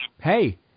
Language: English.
hey